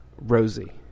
Rosie